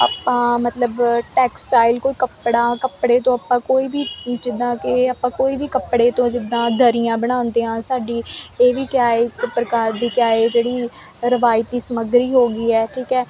ਆਪਾਂ ਮਤਲਬ ਟੈਕਸਟਾਈਲ ਕੋਈ ਕੱਪੜਾ ਕੱਪੜੇ ਤੋਂ ਆਪਾਂ ਕੋਈ ਵੀ ਜਿਦਾਂ ਕਿ ਆਪਾਂ ਕੋਈ ਵੀ ਕੱਪੜੇ ਤੋਂ ਜਿੱਦਾਂ ਦਰੀਆਂ ਬਣਾਉਂਦੇ ਆ ਸਾਡੀ ਇਹ ਵੀ ਕਿਹਾ ਪ੍ਰਕਾਰ ਦੀ ਕਿਆ ਹ ਜਿਹੜੀ ਰਵਾਇਤੀ ਸਮਗਰੀ ਹੋ ਗਈ ਹ ਠੀਕ ਹ